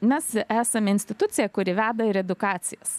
mes esam institucija kuri veda ir edukacijas